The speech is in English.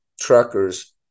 truckers